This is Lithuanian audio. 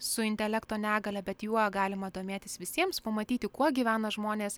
su intelekto negalia bet juo galima domėtis visiems pamatyti kuo gyvena žmonės